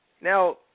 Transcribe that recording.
Now